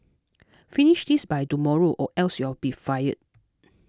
finish this by tomorrow or else you'll be fired